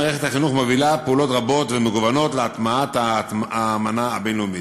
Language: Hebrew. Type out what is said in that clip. מערכת החינוך מובילה פעולות רבות ומגוונות להטמעת האמנה הבין-לאומית.